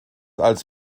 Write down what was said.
als